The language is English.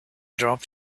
dropped